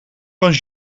van